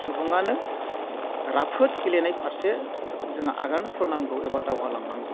सुुबुङानो राफोद गेलेनाय फारसे जोङो आगान सुरनांगौ एबा दावगालांनांगौ